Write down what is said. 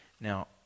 Now